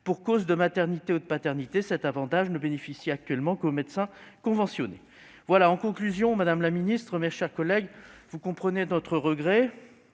pour cause de maternité ou de paternité. Cet avantage ne bénéficie actuellement qu'aux médecins conventionnés. Madame la ministre, mes chers collègues, vous comprendrez le regret